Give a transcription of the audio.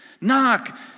Knock